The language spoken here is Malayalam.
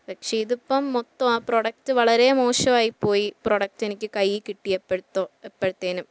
പക്ഷേ ഇതിപ്പം മൊത്തം ആ പ്രൊഡക്റ്റ് വളരെ മോശവായിപ്പോയി പ്രൊഡക്റ്റ് എനിക്ക് കയ്യിൽ കിട്ടിയപ്പഴുത്തോ പ്പഴ്ത്തേനും